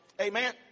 Amen